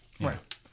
Right